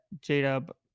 J-Dub